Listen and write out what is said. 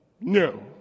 no